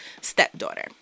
stepdaughter